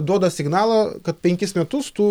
duoda signalą kad penkis metus tu